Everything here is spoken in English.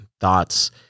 thoughts